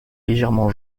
légèrement